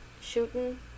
shooting